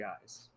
guys